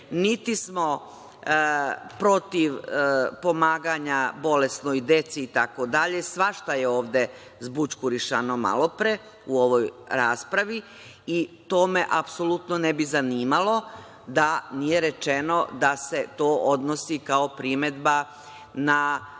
niti smo protiv pomaganja bolesnoj deci itd. Svašta je ovde zbućkurišano malopre u ovoj raspravi i to me apsolutno ne bi zanimalo da nije rečeno da se to odnosi kao primedba na